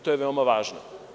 To je veoma važno.